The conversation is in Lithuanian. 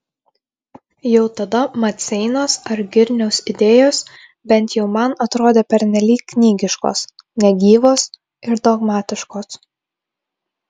jau tada maceinos ar girniaus idėjos bent jau man atrodė pernelyg knygiškos negyvos ir dogmatiškos